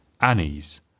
Annie's